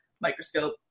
microscope